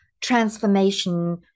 transformation